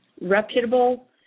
reputable